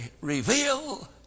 reveal